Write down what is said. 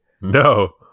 No